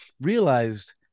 realized